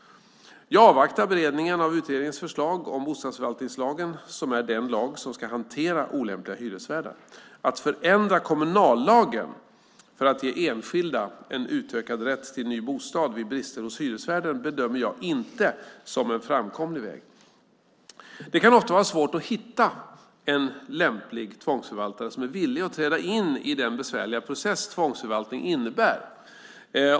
Jag avvaktar beredningen av utredningens förslag om bostadsförvaltningslagen som är den lag som ska hantera olämpliga hyresvärdar. Att förändra kommunallagen för att ge enskilda en utökad rätt till ny bostad vid brister hos hyresvärden bedömer jag inte som en framkomlig väg. Det kan ofta vara svårt att hitta en lämplig tvångsförvaltare som är villig att träda in i den besvärliga process tvångsförvaltning innebär.